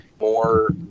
more